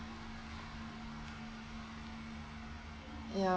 ya